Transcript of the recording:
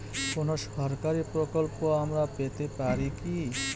কোন সরকারি প্রকল্প আমরা পেতে পারি কি?